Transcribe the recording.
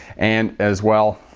and as well,